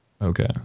Okay